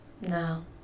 No